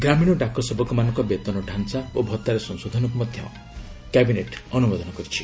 ଗ୍ରାମୀଣ ଡାକ ସେବକମାନଙ୍କ ବେତନ ଡାଞ୍ଚା ଓ ଭଉାରେ ସଂଶୋଧନକୁ ମଧ୍ୟ କ୍ୟାବିନେଟ୍ ଅନୁମୋଦନ କରିଛି